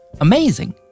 Amazing